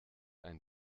ein